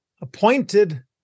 appointed